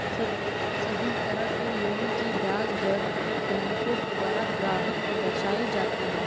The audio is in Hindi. सभी तरह के लोन की ब्याज दर बैंकों के द्वारा ग्राहक को दर्शाई जाती हैं